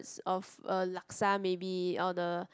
is of a laksa maybe or the